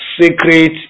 secret